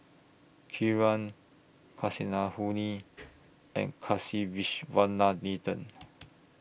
Kiran Kasinadhuni and Kasiviswanathan